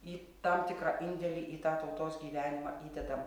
į tam tikrą indėlį į tą tautos gyvenimą įdedam